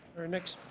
our next